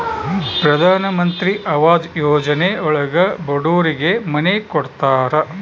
ಪ್ರಧನಮಂತ್ರಿ ಆವಾಸ್ ಯೋಜನೆ ಒಳಗ ಬಡೂರಿಗೆ ಮನೆ ಕೊಡ್ತಾರ